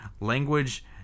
language